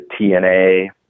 TNA